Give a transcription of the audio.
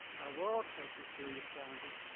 our world faces serious challenges.